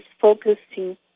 focusing